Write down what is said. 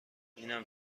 اینم